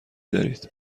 دارید